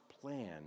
plan